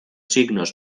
signos